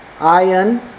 Iron